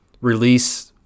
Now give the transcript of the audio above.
release